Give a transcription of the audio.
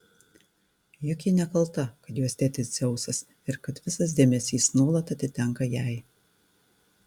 juk ji nekalta kad jos tėtis dzeusas ir kad visas dėmesys nuolat atitenka jai